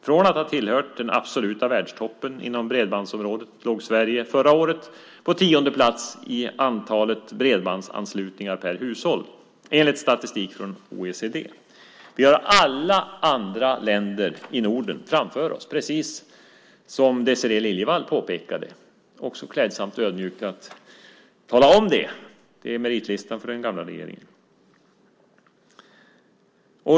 Från att ha tillhört den absoluta världstoppen inom bredbandsområdet låg Sverige förra året på tionde plats i antalet bredbandsanslutningar per hushåll enligt statistik från OECD. Vi har alla andra länder i Norden framför oss, precis som Désirée Liljevall påpekade. Det var också klädsamt och ödmjukt att tala om det i meritlistan för den gamla regeringen.